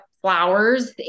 flowers